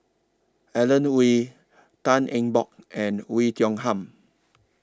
Alan Oei Tan Eng Bock and Oei Tiong Ham